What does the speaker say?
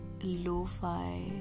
lo-fi